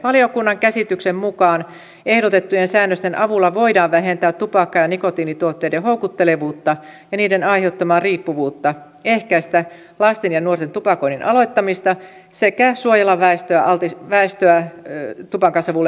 valiokunnan käsityksen mukaan ehdotettujen säännösten avulla voidaan vähentää tupakka ja nikotiinituotteiden houkuttelevuutta ja niiden aiheuttamaa riippuvuutta ehkäistä lasten ja nuorten tupakoinnin aloittamista sekä suojella väestöä tupakansavulle altistumiselta